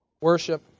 worship